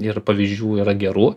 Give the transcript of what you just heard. ir pavyzdžių yra gerų